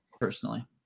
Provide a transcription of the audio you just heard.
personally